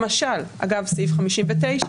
למשל אגב סעיף 59,